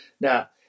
Now